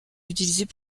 utilisés